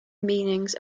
meanings